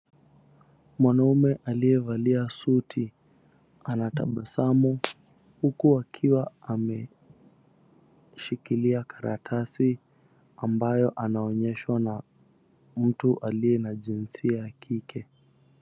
Mwanaume aliyevalia suti, anatabasamu. Huku akiwa ameshikilia karatasi, ambayo anaonyeshwa na mtu aliye na jinsia ya kike.